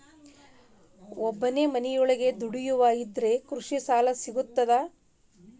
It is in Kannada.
ಒಬ್ಬನೇ ಮನಿಯೊಳಗ ದುಡಿಯುವಾ ಇದ್ರ ಕೃಷಿ ಸಾಲಾ ಸಿಗ್ತದಾ?